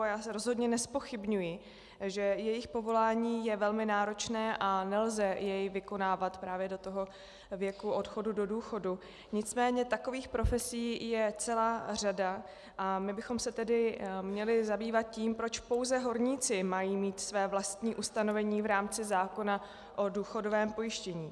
A já zde rozhodně nezpochybňuji, že jejich povolání je velmi náročné a nelze jej vykonávat právě do toho věku odchodu do důchodu, nicméně takových profesí je celá řada a my bychom se tedy měli zabývat tím, proč pouze horníci mají mít své vlastní ustanovení v rámci zákona o důchodovém pojištění.